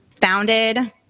founded